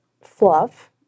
fluff